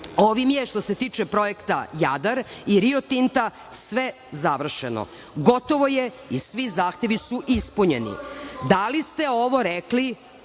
Ovim je što se tiče projekta Jadar i Rio Tinta sve završeno. Gotovo je i svi zahtevi su ispunjeni. Da li ste ovo rekli